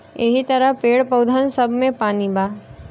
यहि तरह पेड़, पउधन सब मे पानी बा